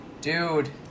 Dude